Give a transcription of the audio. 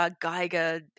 Geiger